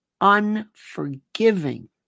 unforgiving